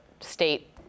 state